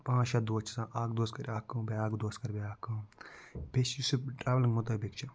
پانٛژھ شےٚ دوس چھِ آسان اَکھ دوس کَرِ اَکھ کٲم بیٛاکھ دوس کَرِ بیٛاکھ کٲم بیٚیہِ چھِ یُس یہِ ٹرٛاولِنٛگ مُطٲبِق چھِ